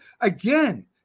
again